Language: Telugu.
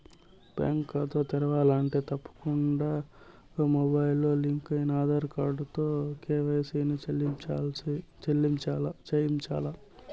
బ్యేంకు కాతా తెరవాలంటే తప్పకుండా మొబయిల్తో లింకయిన ఆదార్ కార్డుతో కేవైసీని చేయించాల్ల